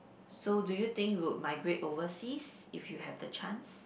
so do you think you would migrate overseas if you have the chance